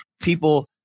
people